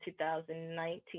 2019